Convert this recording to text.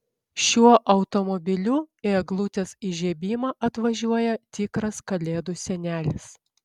šiuo automobiliu į eglutės įžiebimą atvažiuoja tikras kalėdų senelis